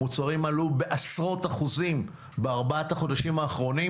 מוצרים עלו בעשרות אחוזים בארבעת החודשים האחרונים.